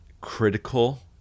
critical